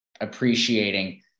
appreciating